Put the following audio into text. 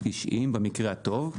במקרה הטוב.